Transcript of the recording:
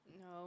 No